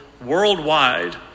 worldwide